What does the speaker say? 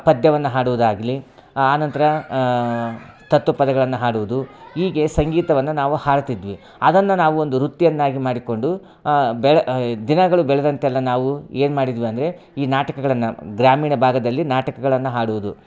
ಪದ್ಯವನ್ನು ಹಾಡೋದಾಗ್ಲಿ ಆ ನಂತರ ತತ್ವ ಪದಗಳನ್ನು ಹಾಡುವುದು ಹೀಗೆ ಸಂಗೀತವನ್ನು ನಾವು ಹಾಡ್ತಿದ್ವಿ ಅದನ್ನು ನಾವೊಂದು ವೃತ್ತಿಯನ್ನಾಗಿ ಮಾಡಿಕೊಂಡು ಬೆಳೆ ದಿನಗಳು ಬೆಳೆದಂತೆಲ್ಲ ನಾವು ಏನು ಮಾಡಿದ್ವಿ ಅಂದರೆ ಈ ನಾಟಕಗಳನ್ನು ಗ್ರಾಮೀಣ ಭಾಗದಲ್ಲಿ ನಾಟಕಗಳನ್ನು ಹಾಡೋದು